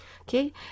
Okay